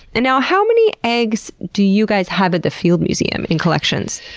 and now, how many eggs do you guys have at the field museum in collections?